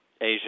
Asia